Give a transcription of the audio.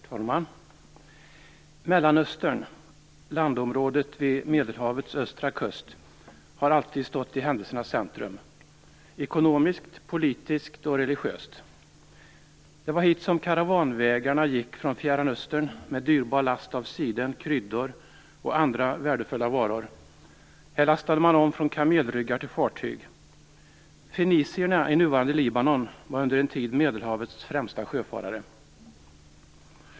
Herr talman! Mellanöstern, landområdet vid Medelhavets östra kust, har alltid stått i händelsernas centrum; ekonomiskt, politiskt och religiöst. Det var hit karavanvägarna gick från Fjärran Östern med dyrbar last av siden, kryddor och andra värdefulla varor. Här lastade man om från kamelryggar till fartyg. Fenicierna i nuvarande Libanon var under en tid Medelhavets främsta sjöfarare.